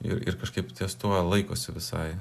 ir ir kažkaip ties tuo laikosi visai